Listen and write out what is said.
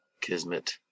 Kismet